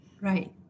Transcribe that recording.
Right